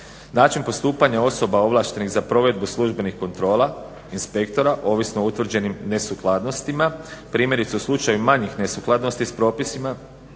Način postupanja osoba ovlaštenih za provedbu službenih kontrola inspektora ovisno o utvrđenim nesukladnostima, primjerice u slučaju manjih nesukladnosti s propisima